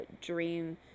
dream